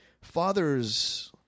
fathers